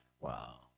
wow